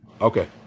Okay